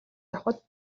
авахад